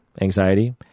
anxiety